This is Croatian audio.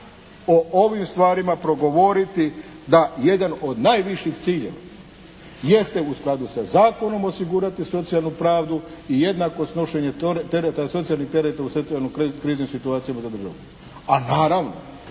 o ovim stvarima progovoriti da jedan od najviših ciljeva jeste u skladu sa zakonom osigurati socijalnu pravdu i jednako snošenje tereta, socijalnih tereta u socijalno kriznim situacijama za državu. A naravno,